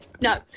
No